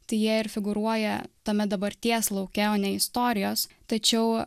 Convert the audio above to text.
tai jie ir figūruoja tame dabarties lauke o ne istorijos tačiau